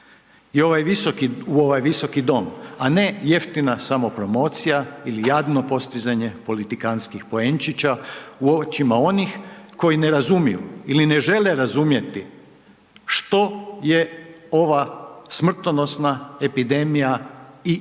u ovaj visoki dom, a ne jeftina samopromocija ili jadno postizanje politikanskih poenčića u očima onih koji ne razumiju ili ne žele razumjeti što je ova smrtonosna epidemija i što